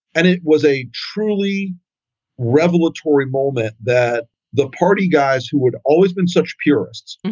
and it was a truly revolutionary moment that the party guys who had always been such purists.